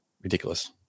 Ridiculous